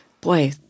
boy